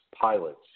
pilots